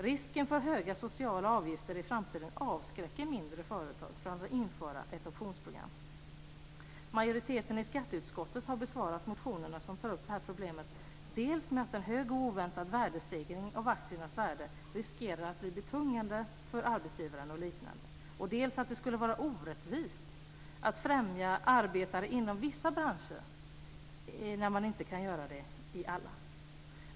Risken för höga sociala avgifter i framtiden avskräcker mindre företag från att införa ett optionsprogram. Majoriteten i skatteutskottet har besvarat motionerna som tar upp detta problem, dels med att en hög och oväntad värdestegring av aktiernas värde riskerar att bli betungande för arbetsgivaren och liknande, dels att det skulle vara orättvist att främja arbetare inom vissa branscher när man inte kan göra det i alla.